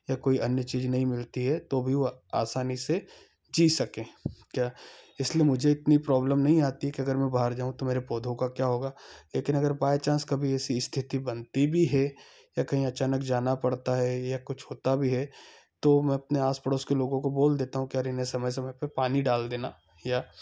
या कोई अन्य चीज नहीं मिलती है तो भी वह आसानी से जी सकें क्या इसलिए मुझे इतनी प्रोब्लम नहीं आती है कि अगर मैं बाहर जाऊँ तो मेरे पौधों का क्या होगा लेकिन अगर बाय चांस कभी ऐसी स्थिति बनती भी है या कहीं अचानक जाना पड़ता है या कुछ होता भी है तो मैं अपने आस पड़ोस के लोगों को बोल देता हूँ कि अरे इन्हें समय समय पर पानी डाल देना या